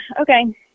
okay